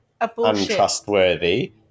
untrustworthy